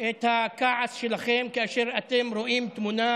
את הכעס שלכם כאשר אתם רואים תמונה